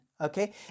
okay